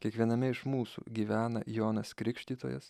kiekviename iš mūsų gyvena jonas krikštytojas